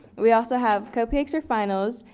we also have cupcakes for finals.